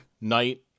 night